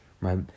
right